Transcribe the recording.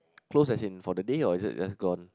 close as in for the day or is it just gone